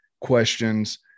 questions